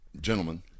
gentlemen